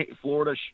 Florida